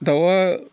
दाउआ